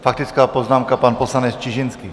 Faktická poznámka, pan poslanec Čižinský.